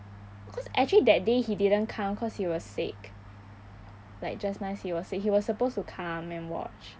cause actually that day he didn't come cause he was sick like just nice he was sick he was supposed to come and watch